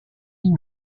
and